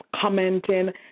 commenting